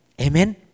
Amen